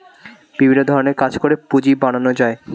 বিভিন্ন ধরণের কাজ করে পুঁজি বানানো যায়